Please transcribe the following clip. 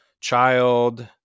child